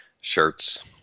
shirts